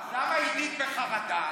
אז למה עידית בחרדה?